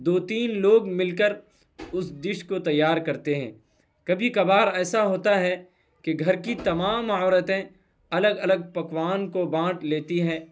دو تین لوگ مل کر اس ڈش کو تیار کرتے ہیں کبھی کبھار ایسا ہوتا ہے کہ گھر کی تمام عورتیں الگ الگ پکوان کو بانٹ لیتی ہیں